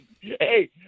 Hey